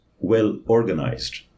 well-organized